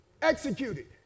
Executed